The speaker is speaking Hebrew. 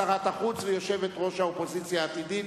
שרת החוץ ויושבת-ראש האופוזיציה העתידית,